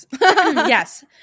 Yes